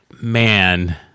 man